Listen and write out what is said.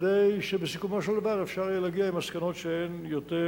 כדי שבסיכומו של דבר אפשר יהיה להגיע עם מסקנות שהן יותר